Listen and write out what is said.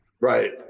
Right